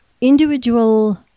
Individual